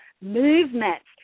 movements